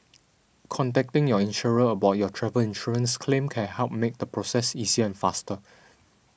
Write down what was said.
contacting your insurer about your travel insurance claim can help make the process easier and faster